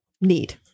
need